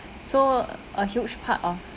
so a huge part of